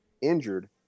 injured